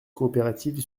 coopérative